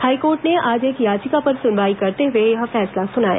high court ने आज एक याचिका पर सुनवाई करते हुए यह फैसला सुनाया